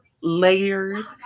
layers